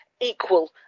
equal